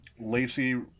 Lacey